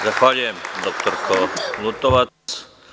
Zahvaljujem, doktorko Lutovac.